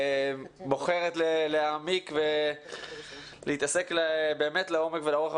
בוחרת להעמיק ולהתעסק באמת לעומק ולרוחב